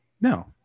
No